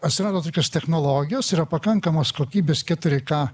atsirado tokios technologijos yra pakankamos kokybės keturi ka